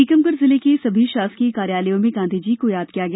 टीकमगढ़ जिले के सभी शासकीय कार्यालयों में गांधी जी को याद किया गया